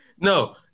no